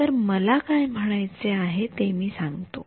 तर मला काय म्हणायचे आहे ते मी सांगतो